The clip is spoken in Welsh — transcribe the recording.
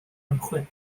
ymchwil